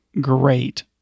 great